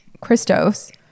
Christos